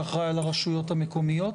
שאחרי על הרשויות המקומיות,